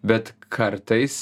bet kartais